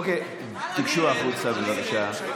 אוקיי, תיגשו החוצה, בבקשה.